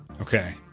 Okay